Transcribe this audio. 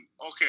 okay